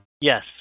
Yes